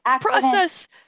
process